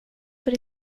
för